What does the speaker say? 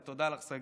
תודה לך, שגית.